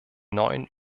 neuen